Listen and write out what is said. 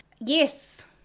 yes